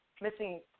missing